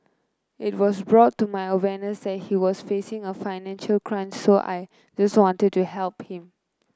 it was brought to my awareness that he was facing a financial crunch so I just wanted to help him